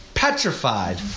Petrified